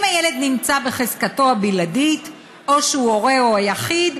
אם הילד נמצא בחזקתו הבלעדית או שהוא הורהו היחיד,